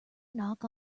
knock